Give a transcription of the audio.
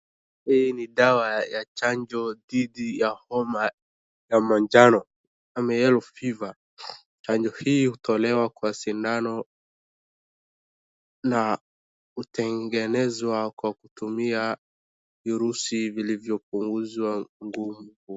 Hii dawa ya chanjo dhidi ya homa ya majano ama yellow fever . Chanjo hii hutolewa kwa sindano na hutengenezwa kwa kutumia virusi vilivyopunguzwa nguvu.